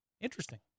Interesting